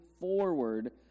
forward